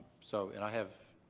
so and i have,